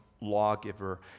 lawgiver